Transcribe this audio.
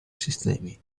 sistemi